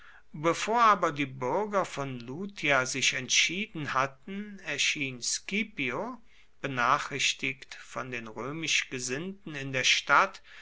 bevor aber die bürger von lutia sich entschieden hatten erschien scipio benachrichtigt von den römisch gesinnten in der stadt